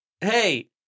hey